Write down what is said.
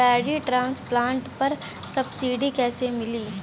Paddy transplanter पर subsidy कैसे मिली?